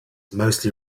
mostly